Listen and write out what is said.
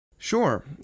Sure